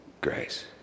grace